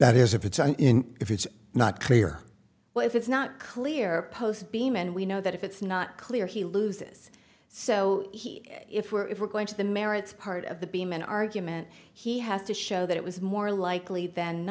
that is if it's if it's not clear what if it's not clear post beam and we know that if it's not clear he loses so if we're going to the merits part of the beam an argument he has to show that it was more likely than